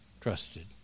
trusted